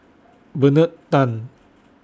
Bernard Tan